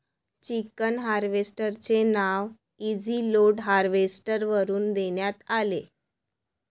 chicken harvester चे नाव easy load harvester वरून देण्यात आले आहे